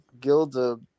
Gilda